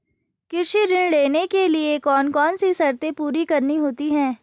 कृषि ऋण लेने के लिए कौन कौन सी शर्तें पूरी करनी होती हैं?